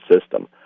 system